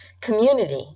community